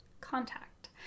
contact